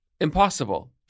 Impossible